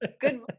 good